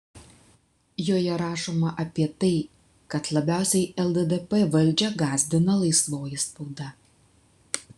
joje rašoma apie tai kad labiausiai lddp valdžią gąsdina laisvoji spauda